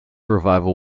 revival